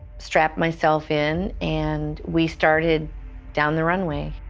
strapped myself in, and we started down the runway.